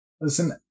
listen